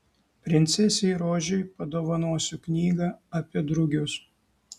princesei rožei padovanosiu knygą apie drugius